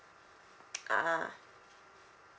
ah